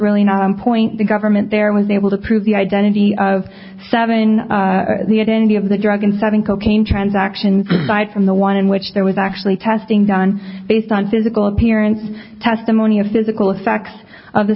really not a point the government there was able to prove the identity of seven the identity of the drug and seven cocaine transaction side from the one in which there was actually testing done based on physical appearance testimony of physical facts of the